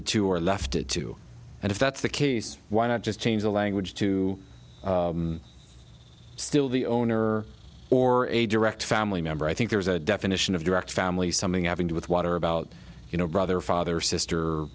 it to or left it to and if that's the case why not just change the language to still the owner or a direct family member i think there's a definition of direct family something having to with water about you know brother father sister